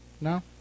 No